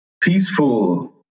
peaceful